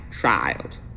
child